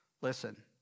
Listen